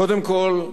קודם כול,